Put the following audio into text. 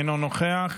אינו נוכח.